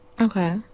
Okay